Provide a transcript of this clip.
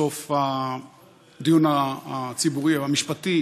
סוף הדיון המשפטי